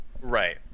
Right